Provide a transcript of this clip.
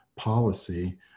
policy